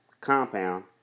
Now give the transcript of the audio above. Compound